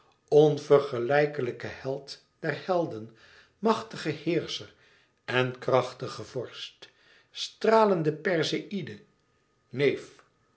onvergelijklijke held der helden machtige heerscher en krachtige vorst stralende perseïde neef